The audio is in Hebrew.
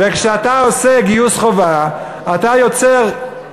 כשאתה עושה גיוס חובה אתה יוצר,